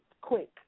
quick